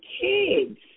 kids